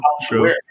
True